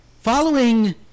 following